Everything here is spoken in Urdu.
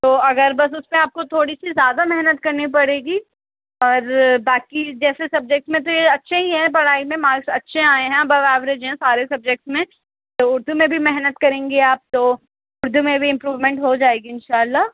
تو اگر بس اس پہ آپ کو تھوڑی سی زیادہ محنت کرنی پڑے گی اور باقی جیسے سبجیکٹ میں یہ اچھے ہی ہیں پڑھائی میں مارکس اچھے آئے ہیں ابو ایوریج ہیں سارے سبجیکٹس میں تو اردو میں بھی محنت کریں گی آپ تو اردو میں بھی امپروومنٹ ہو جائے گی انشاءاللہ